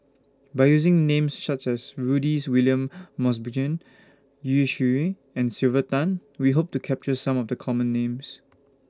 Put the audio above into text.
By using Names such as Rudys William Mosbergen Yu and Sylvia Tan We Hope to capture Some of The Common Names